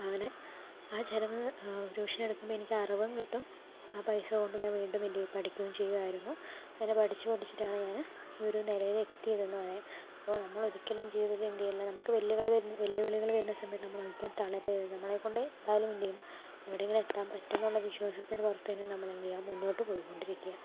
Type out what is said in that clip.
അങ്ങനെ ആ ചിലവ് ട്യൂഷൻ എടുക്കുമ്പം എനിക്ക് അറിവ് കിട്ടും ആ പൈസ കൊണ്ട് ഞാൻ വീണ്ടും എന്തെയ്യും പഠിക്കും ചെയ്യുമായിരുന്നു അങ്ങനെ പഠിച്ച് പഠിച്ചിട്ടാണ് ഞാന് ഈ ഒരു നിലയിൽ എത്തിയത് എന്ന് പറയാം അപ്പോൾ നമ്മള് ഒരിക്കലും ജീവിതത്തിൽ എന്തു ചെയ്യില്ല നമുക്ക് വെല്ലുകൾ വെല്ലുവിളികൾ വരുന്ന സമയത് നമ്മൾ ഒരിക്കലും തളരരുത് നമ്മളെ കൊണ്ട് എന്തായാലും എന്തെയ്യും എവിടെയെങ്കിലും എത്താൻ പറ്റും എന്നുള്ള വിശ്വാസത്തിൻ്റെ പുറത്ത് തന്നെ നമ്മൾ എന്ത് ചെയ്യുക മുന്നോട്ട് പൊയ്കൊണ്ടിരിക്കുക